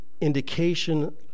indication